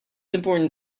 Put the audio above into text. important